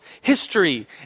history